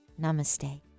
namaste